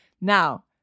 Now